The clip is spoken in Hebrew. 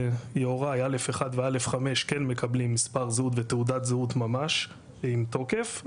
א/1 ו-א/5 גן מקבלי מספר זהות ותעודת זהות ממש עם תוקף.